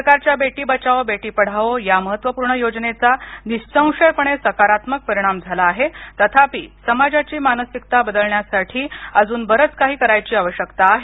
सरकारच्या बेटी बचाओ बेटी पढाओ या महत्त्वपूर्ण योजनेचा निःसंशयपणे सकारात्मक परिणाम झाला आहे तथापि समाजाची मानसिकता बदलण्यासाठी अजून बरंच काही करायची आवश्यकता आहे